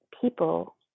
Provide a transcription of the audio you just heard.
people